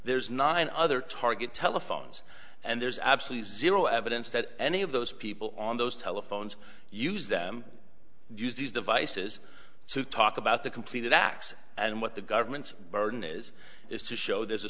there's nine other target telephones and there's absolute zero evidence that any of those people on those telephones use them use these devices to talk about the completed acts and what the government's burden is is to show there's a